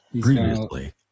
Previously